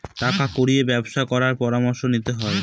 টাকা কুড়ির ব্যবসা করার পরামর্শ নিতে হয়